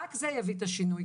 רק זה יביא את השינוי,